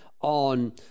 on